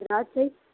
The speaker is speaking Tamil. திராட்சை